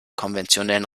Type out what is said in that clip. konventionellen